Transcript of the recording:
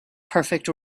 perfect